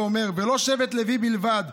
ואומר: "ולא שבט לוי בלבד,